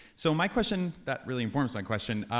so my question, that really informs my question.